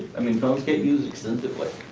i mean, phones get used extensively,